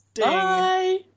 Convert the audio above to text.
Bye